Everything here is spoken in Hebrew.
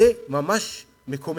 זה ממש מקומם.